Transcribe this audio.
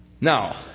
now